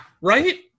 Right